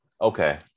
Okay